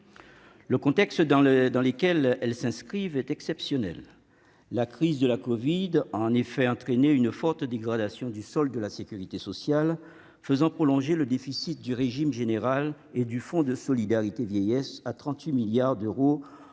Le contexte dans lesquelles elles s'inscrivent est exceptionnel : la crise de la covid a en effet provoqué une forte dégradation du solde de la sécurité sociale, faisant ainsi plonger le déficit du régime général et du Fonds de solidarité vieillesse à 38 milliards d'euros en